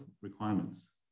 requirements